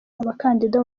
abakandida